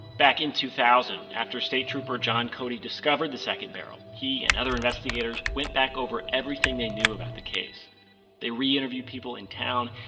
back in two thousand, after state trooper john cody discovered the second barrel, he and other investigators went back over everything they knew about the case they re-interviewed people in town,